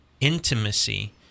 intimacy